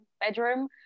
bedroom